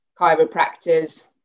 chiropractors